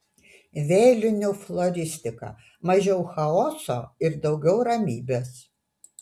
vėlinių floristika mažiau chaoso ir daugiau ramybės